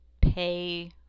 pay